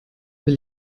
will